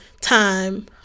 time